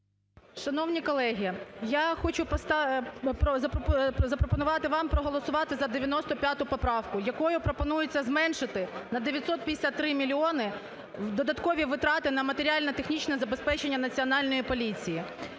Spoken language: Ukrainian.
Шановні колеги, я хочу постави... запропонувати вам проголосувати за 95 поправку, якою пропонується зменшити на 953 мільйони додаткові витрати на матеріально-технічне забезпечення Національної поліції.